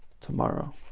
tomorrow